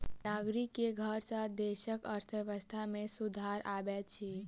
नागरिक के कर सॅ देसक अर्थव्यवस्था में सुधार अबैत अछि